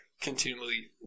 continually